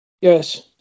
Yes